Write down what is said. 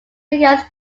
regards